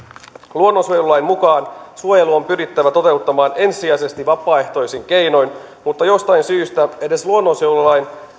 luonnonsuojelulain mukaan suojelu on pyrittävä toteuttamaan ensisijaisesti vapaaehtoisin keinoin mutta jostain syystä edes luonnonsuojelulain